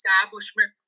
establishment